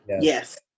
Yes